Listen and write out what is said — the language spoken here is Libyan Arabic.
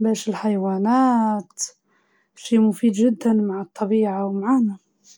بس مش كل يوم نحنا نحتاجوها في حياتنا اليومية.